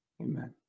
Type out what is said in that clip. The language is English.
Amen